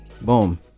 boom